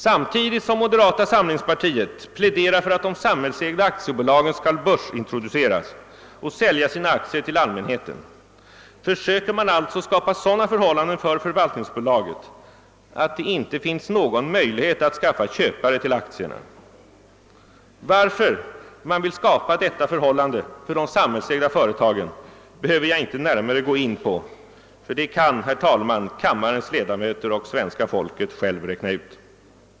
Samtidigt som moderata samlingspartiet pläderar för att de samhällsägda aktiebolagen skall börsintroduceras och sälja sina aktier till allmänheten försöker man således skapa sådana förhållanden för förvaltningsbolaget att det inte finns någon möjlighet att skaffa köpare till aktierna. Varför man vill skapa detta förhållande för de samhällsägda företagen behöver jag inte närmare gå in på — det kan, herr talman, kammarens ledamöter och svenska folket själva räkna ut.